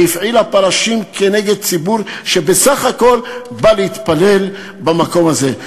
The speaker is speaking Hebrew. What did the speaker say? כשהפעילה פרשים כנגד ציבור שבסך הכול בא להתפלל במקום הזה.